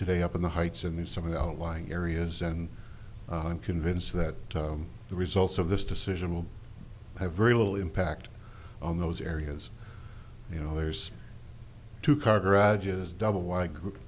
today up in the heights and knew some of the outlying areas and i'm convinced that the results of this decision will have very little impact on those areas you know there's two car garages double wide group